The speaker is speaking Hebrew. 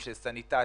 סניטציה,